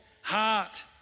heart